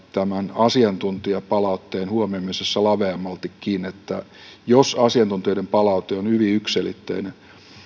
asiantuntijapalautteen huomioimisessa laveammaltikin että jos asiantuntijoiden palaute on hyvin yksiselitteinen